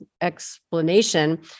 explanation